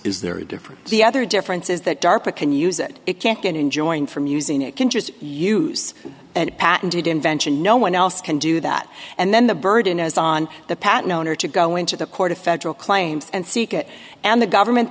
is there a difference the other difference is that darpa can use it it can't enjoin from using it can just use it patented invention no one else can do that and then the burden is on the patten owner to go into the court of federal claims and seek it and the government